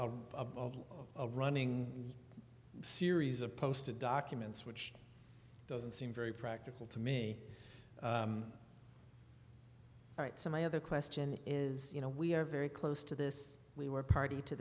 of a running series of posts and documents which doesn't seem very practical to me all right so my other question is you know we are very close to this we were party to